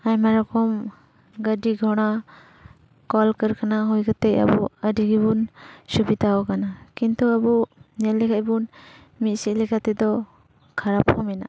ᱟᱭᱢᱟ ᱨᱚᱠᱚᱢ ᱜᱟᱹᱰᱤ ᱜᱷᱚᱲᱟ ᱠᱚᱞᱠᱟᱨᱠᱷᱟᱱᱟ ᱦᱩᱭ ᱠᱟᱛᱮ ᱟᱵᱚ ᱟᱹᱰᱤ ᱜᱮᱵᱚᱱ ᱥᱩᱵᱤᱫᱷᱟᱣ ᱟᱠᱟᱱᱟ ᱠᱤᱱᱛᱩ ᱟᱵᱚ ᱧᱮᱞ ᱞᱮᱠᱷᱟᱱ ᱵᱚᱱ ᱢᱤᱫᱥᱮᱫ ᱞᱮᱠᱟᱛᱮᱫᱚ ᱠᱷᱟᱨᱟᱯ ᱦᱚᱸ ᱢᱮᱱᱟᱜᱼᱟ